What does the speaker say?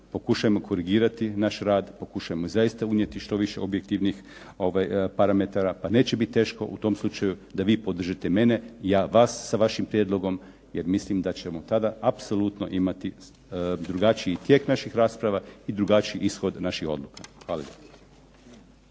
pokušajmo korigirati naš rad, pokušajmo zaista unijeti što više objektivnih parametara, pa neće biti teško u tom slučaju da vi podržite mene i ja vas sa vašim prijedlogom jer mislim da ćemo tada apsolutno imati drugačiji tijek naših rasprava i drugačiji ishod naših odluka. Hvala